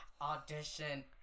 Audition